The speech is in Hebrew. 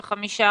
25,000,